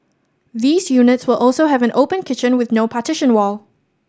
these units will also have an open kitchen with no partition wall